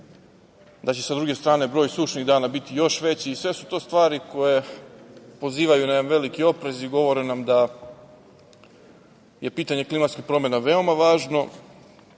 da će, s druge strane, broj sušnih dana biti još veći i sve su to stvari koje pozivaju na jedan veliki oprez i govore nam da je pitanje klimatskih promena veoma važno